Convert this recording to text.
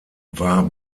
war